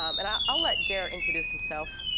um and i'll let jer introduce himself.